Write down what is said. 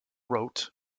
wrote